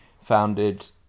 founded